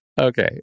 Okay